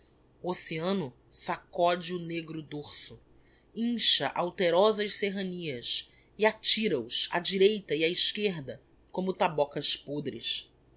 oceano sacode o negro dorso incha alterosas serranias e atira os á direita e á esquerda como tabocas pôdres